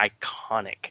iconic